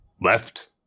left